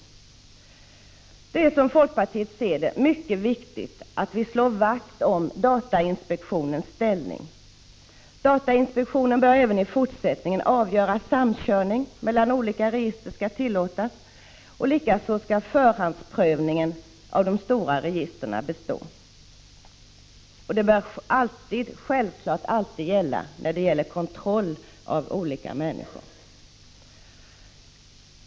För det första är det, som folkpartiet ser det, mycket viktigt att slå vakt om datainspektionens ställning. Datainspektionen bör även i fortsättningen avgöra om samkörning mellan olika register skall tillåtas. Likaså skall förhandsprövningen av stora register bestå. Detta bör självfallet alltid gälla då det är fråga om kontroll av människor.